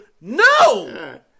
No